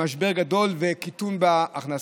למשבר גדול ולקיטון בהכנסות.